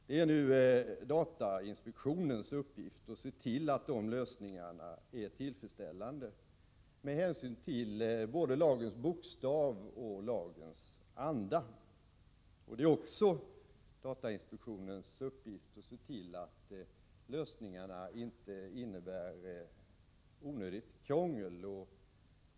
Det är datainspektionens uppgift att se till att dessa lösningar är tillfredsställande med hänsyn till både lagens bokstav och lagens anda. Det är också datainspektionens uppgift att se till att lösningarna inte innebär onödigt krångel.